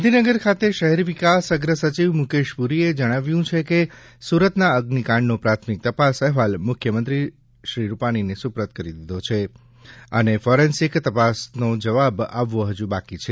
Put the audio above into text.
ગાંધીનગર ખાતે શહેરી વિકાસ અગ્રસચિવ મુકેશ પુરીએ જણાવ્યું છે કે સુરતના અગ્નિકાંડનો પ્રાથમિક તપાસ અહેવાલ મુખ્યમંત્રી રૂપાણીને સુપ્રત કરી દીધો છે અને ફોરેન્સિક તપાસનો જવાબ આવવો હજુ બાકી છે